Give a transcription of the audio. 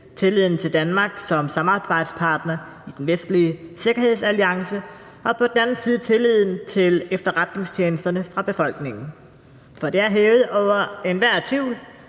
tilliden til Danmark som samarbejdspartner i den vestlige sikkerhedsalliance og på den anden side tilliden til efterretningstjenesterne fra befolkningen. For det er hævet over enhver tvivl,